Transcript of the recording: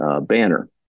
banner